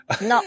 no